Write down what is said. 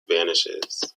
vanishes